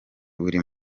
buri